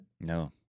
no